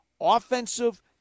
offensive